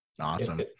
Awesome